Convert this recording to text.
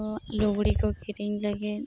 ᱛᱚ ᱞᱩᱜᱽᱲᱤ ᱠᱚ ᱠᱤᱨᱤᱧ ᱞᱟᱹᱜᱤᱫ